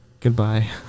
Goodbye